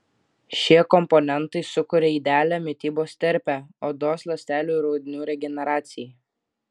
šie komponentai sukuria idealią mitybos terpę odos ląstelių ir audinių regeneracijai